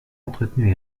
entretenus